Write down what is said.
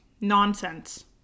nonsense